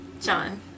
John